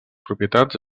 propietats